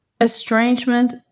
Estrangement